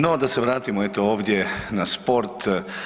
No, da se vratimo eto ovdje na sport.